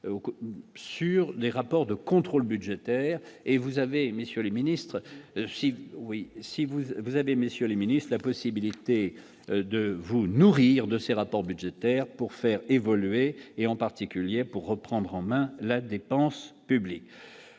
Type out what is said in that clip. le ministre, si oui, si vous vous avez messieurs les Ministres, la possibilité de vous nourrir de ces rapports budgétaires pour faire évoluer, et en particulier pour reprendre en main la dépense publique,